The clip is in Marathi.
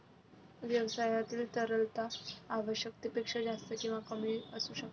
व्यवसायातील तरलता आवश्यकतेपेक्षा जास्त किंवा कमी असू नये